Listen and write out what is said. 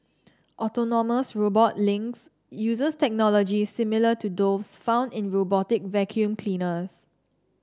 autonomous robot Lynx uses technology similar to those found in robotic vacuum cleaners